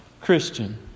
Christian